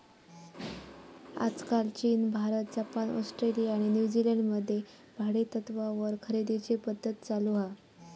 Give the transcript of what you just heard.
आजकाल चीन, Bharat, Japan, Australia आणि न्यूजीलंड मध्ये भाडेतत्त्वावर खरेदीची पध्दत चालु हा